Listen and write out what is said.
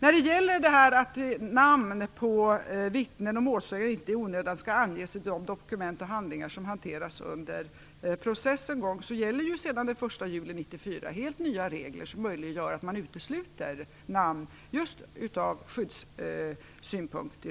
I fråga om att namn på vittnen och målsägande inte i onödan skall anges i de dokument och handlingar som hanteras under processen, gäller sedan den 1 juli 1994 helt nya regler, som möjliggör att man utesluter namn, just från skyddssynpunkt.